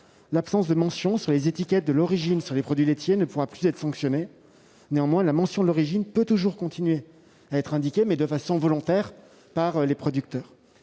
l'absence de mentions sur les étiquettes attestant de l'origine des produits laitiers ne pourra plus être sanctionnée. Néanmoins, la mention de l'origine peut toujours continuer à être indiquée, mais de façon volontaire, par les producteurs.